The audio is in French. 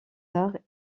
arts